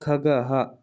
खगः